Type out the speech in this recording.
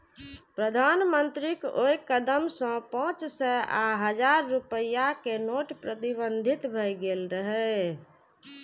प्रधानमंत्रीक ओइ कदम सं पांच सय आ हजार रुपैया के नोट प्रतिबंधित भए गेल रहै